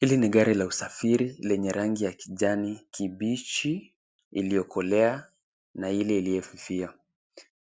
Hili ni gari la usafiri lenye rangi ya kijani kibichi iliyokolea na ile iliyefifia.